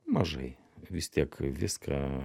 mažai vis tiek viską